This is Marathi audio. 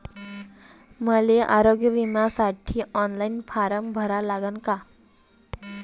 मले आरोग्य बिमा काढासाठी ऑनलाईन फारम भरा लागन का?